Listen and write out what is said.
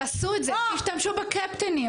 תעשו את זה, תשתמשו בקפטנים.